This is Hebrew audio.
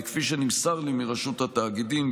כפי שנמסר לי מרשות התאגידים,